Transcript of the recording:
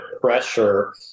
pressure